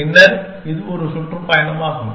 பின்னர் இது ஒரு சுற்றுப்பயணமாகும்